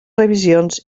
revisions